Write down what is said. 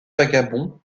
vagabond